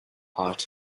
pot